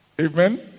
Amen